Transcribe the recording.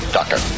doctor